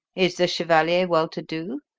is the chevalier well-to-do?